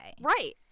Right